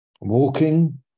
walking